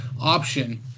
option